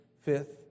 fifth